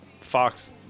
Fox